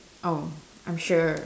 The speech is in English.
oh I'm sure